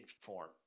form